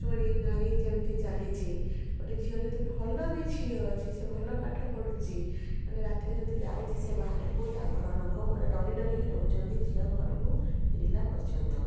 ଚୋରି ନାରୀ ଯେମିତି ଚାଲିଛି ଗୋଟେ ଝିଅ ଯଦି ଭଲ ବି ଝିଅ ଅଛି ସେ ଭଲ ପାଠ ପଢ଼ୁଛି ମାନେ ରାତିରେ ଯଦି ଯାଉଛି ସେ ବାହାରକୁ ତା ଘର ଲୋକ ପୁରା ଡରି ଡରି କି ରହୁଛନ୍ତି ଝିଅ ଘରକୁ ଫେରିଲା ପର୍ଯ୍ୟନ୍ତ